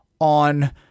on